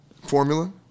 formula